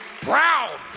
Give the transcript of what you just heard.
proud